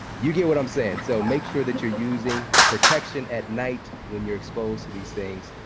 you get what i'm saying. so make sure that you're using protection at night when you're exposed to these things.